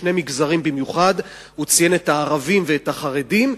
שני מגזרים במיוחד הוא ציין את הערבים ואת החרדים,